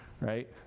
Right